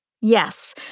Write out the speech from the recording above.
Yes